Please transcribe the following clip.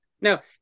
Now